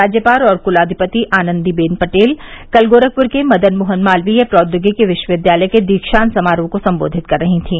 राज्यपाल और कुलाधिपति आनंदी बेन पटेल कल गोरखपुर के मदन मोहन मालवीय प्रौद्योगिकी विश्वविद्यालय के दीक्षांत समारोह को सम्बोधित कर रही थीं